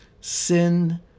Sin